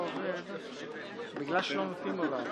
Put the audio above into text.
לשלום,